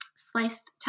Sliced